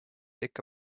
ikka